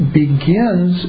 begins